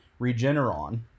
Regeneron